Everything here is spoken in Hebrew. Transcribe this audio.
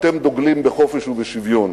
אתם דוגלים בחופש ובשוויון.